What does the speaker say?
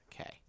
Okay